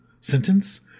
sentence